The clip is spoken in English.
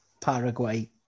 Paraguay